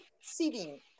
sitting